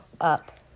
up